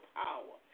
power